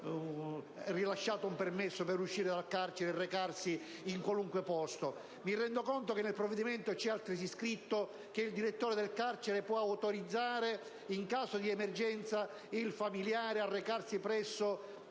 di sorveglianza un permesso per uscire dal carcere e recarsi in qualunque posto. Mi rendo conto che nel provvedimento è previsto che il direttore dell'istituto può autorizzare in caso di urgenza il familiare a recarsi a